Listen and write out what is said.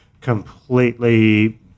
completely